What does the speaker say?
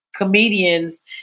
comedians